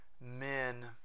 men